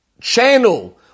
channel